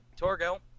Torgo